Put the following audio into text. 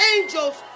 Angels